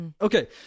Okay